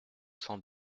cent